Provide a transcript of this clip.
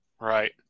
Right